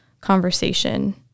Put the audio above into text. conversation